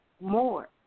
more